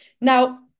Now